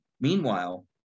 meanwhile